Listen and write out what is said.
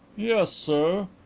yes, sir.